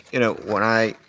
you know, when i